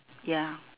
ya